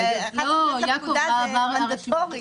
11ב' לפקודה זה מנדטורי.